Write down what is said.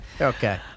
Okay